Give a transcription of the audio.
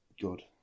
good